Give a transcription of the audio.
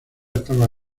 estaba